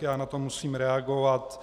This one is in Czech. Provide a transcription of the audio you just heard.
Já na to musím reagovat.